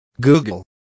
Google